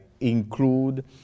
include